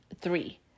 three